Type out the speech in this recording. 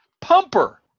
Pumper